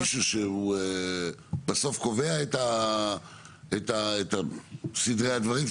יש שם אבל איזה מישהו שבסוף קובע את סדרי הדברים?